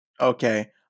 Okay